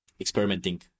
experimenting